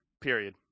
Period